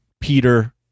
Peter